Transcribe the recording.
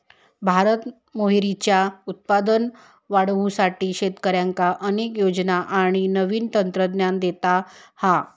भारत मोहरीचा उत्पादन वाढवुसाठी शेतकऱ्यांका अनेक योजना आणि नवीन तंत्रज्ञान देता हा